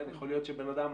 יכול להיות שבן אדם,